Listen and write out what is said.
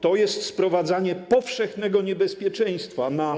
To jest sprowadzanie powszechnego niebezpieczeństwa na naród.